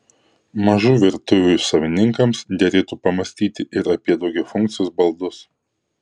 mažų virtuvių savininkams derėtų pamąstyti ir apie daugiafunkcius baldus